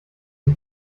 die